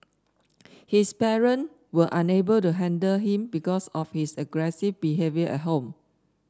his parent were unable to handle him because of his aggressive behaviour at home